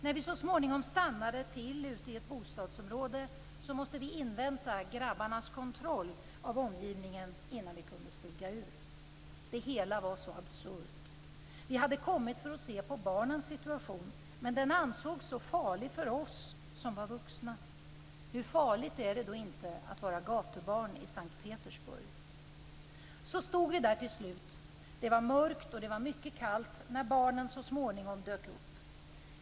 När vi så småningom stannade till ute i ett bostadsområde måste vi invänta "grabbarnas" kontroll av omgivningen innan vi kunde stiga ur. Det hela var så absurt. Vi hade kommit för att se på barnens situation, men den ansågs så farlig för oss som var vuxna. Hur farligt är det då inte att vara gatubarn i S:t Petersburg? Så stod vi där till slut. Det var mörkt och mycket kallt när barnen så småningom dök upp.